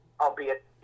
albeit